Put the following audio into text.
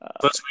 Plus